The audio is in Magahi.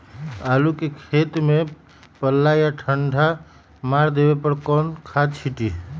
आलू के खेत में पल्ला या ठंडा मार देवे पर कौन खाद छींटी?